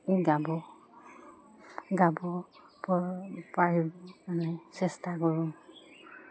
গাব গাব পাৰি মানে চেষ্টা কৰোঁ